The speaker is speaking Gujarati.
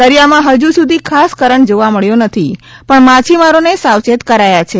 દરિયામાં હજુ સુધી ખાસ કરંટ જોવા મળ્યો નથી પણ માછીમારોને સાવચેત કરાયા છે